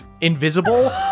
invisible